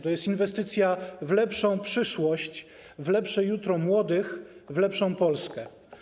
To jest inwestycja w lepszą przyszłość, w lepsze jutro młodych, w lepszą Polskę.